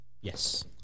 Yes